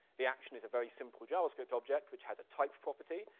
the action is a very simple javascript object which has a type property,